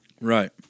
Right